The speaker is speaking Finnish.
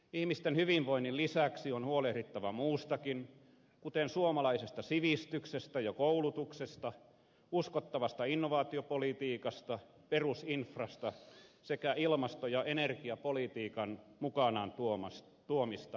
ihmisten hyvinvoinnin lisäksi on huolehdittava muustakin kuten suomalaisesta sivistyksestä ja koulutuksesta uskottavasta innovaatiopolitiikasta perusinfrasta sekä ilmasto ja energiapolitiikan mukanaan tuomista haasteista